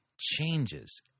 changes